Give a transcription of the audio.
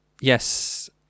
yes